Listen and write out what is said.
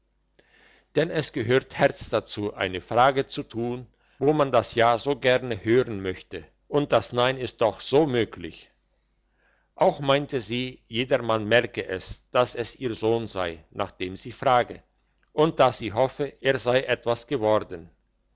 denn es gehört herz dazu eine frage zu tun wo man das ja so gerne hören möchte und das nein ist doch so möglich auch meinte sie jedermann merke es dass es ihr sohn sei nach dem sie frage und dass sie hoffe er sei etwas geworden